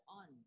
on